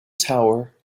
tower